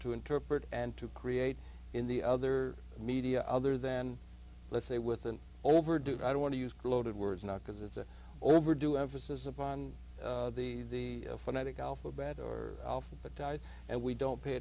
to interpret and to create in the other media other than let's say with an overdue i don't want to use gloated words not because it's an overdue emphasis upon the phonetic alphabet or alphabetize and we don't pay